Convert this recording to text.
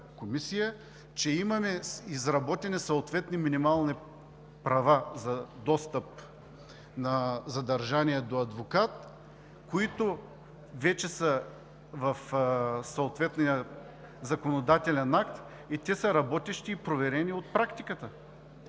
че имаме изработени съответни минимални права за достъп на задържания до адвокат, които вече са в съответния законодателен акт и са работещи и проверени от практиката.